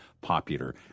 popular